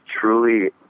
truly